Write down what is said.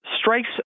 Strikes